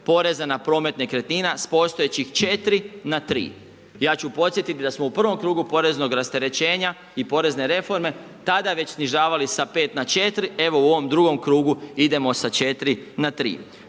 poreza na promet nekretnina s postojećih 4 na 3. Ja ću podsjetiti da smo u prvom krugu poreznog rasterećenja i porezne reforme tada već snižavali sa 5 na 4, evo u ovom drugom krugu idemo sa 4 na 3.